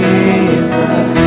Jesus